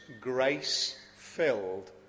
grace-filled